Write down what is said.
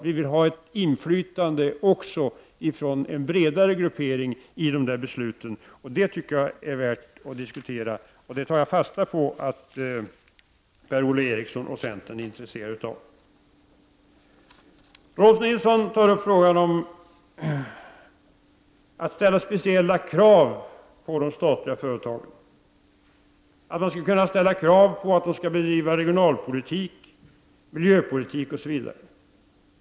Vi vill vid besluten ha ett inflytande från en bredare gruppering. Det tycker jag är värt att diskutera. Jag tar fasta på att Per-Ola Eriksson och centern är intresserade för detta. Rolf L Nilson tog upp frågan om speciella krav på de statliga företagen. Man skulle kunna kräva att de bedriver regionalpolitik, miljöpolitik osv.